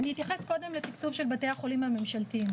אני אתייחס קודם לתקצוב של בתי החולים הממשלתיים.